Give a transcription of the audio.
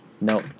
No